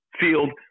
field